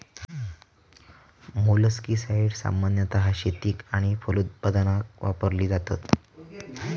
मोलस्किसाड्स सामान्यतः शेतीक आणि फलोत्पादन वापरली जातत